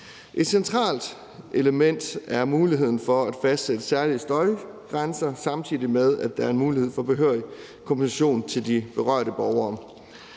Et centralt element er muligheden for at fastsætte særlige støjgrænser, samtidig med at der er en mulighed for behørig kompensation til de berørte borgere.